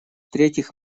третьих